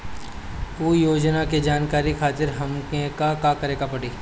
उ योजना के जानकारी के खातिर हमके का करे के पड़ी?